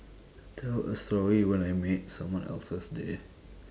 tell a story when I made someone else's day